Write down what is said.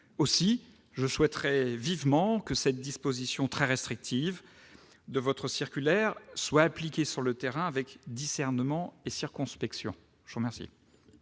Aussi, je souhaiterais vivement que cette disposition très restrictive de votre circulaire soit appliquée sur le terrain avec discernement et circonspection. La parole